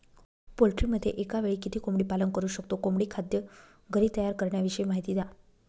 पोल्ट्रीमध्ये एकावेळी किती कोंबडी पालन करु शकतो? कोंबडी खाद्य घरी तयार करण्याविषयी माहिती द्या